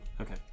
Okay